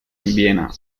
viena